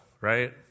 right